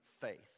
faith